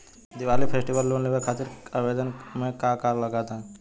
Diwali festival loan लेवे खातिर आवेदन करे म का का लगा तऽ?